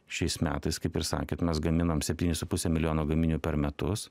šiais metais kaip ir sakėt mes gaminam septynis su puse milijono gaminių per metus